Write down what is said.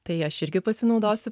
tai aš irgi pasinaudosiu